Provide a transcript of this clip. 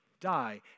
die